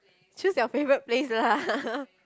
choose your favourite place lah